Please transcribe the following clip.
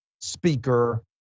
speaker